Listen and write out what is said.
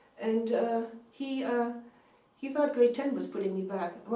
and he ah he thought grade ten was putting me back. well,